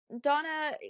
Donna